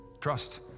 Trust